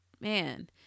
man